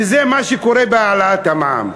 וזה מה שקורה בהעלאת המע"מ.